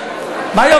יום